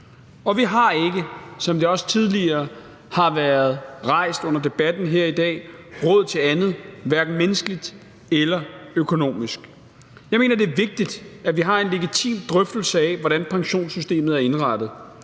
Og vi har ikke, som det også tidligere har været rejst under debatten her i dag, råd til andet hverken menneskeligt eller økonomisk. Jeg mener, det er vigtigt, at vi har en legitim drøftelse af, hvordan pensionssystemet er indrettet,